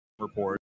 Report